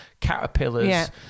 caterpillars